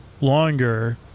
longer